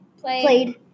Played